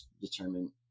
determine